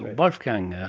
wolfgang,